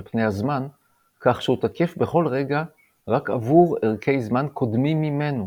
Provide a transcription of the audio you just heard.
על פני הזמן כך שהוא תקף בכל רגע רק עבור ערכי זמן קודמים ממנו.